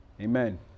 Amen